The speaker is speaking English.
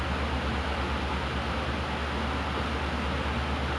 like the grocery bags ah so it was quite so it's a